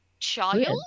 Child